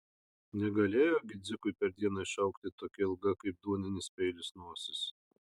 negalėjo gi dzikui per dieną išaugti tokia ilga kaip duoninis peilis nosis